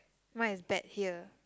mine is bet here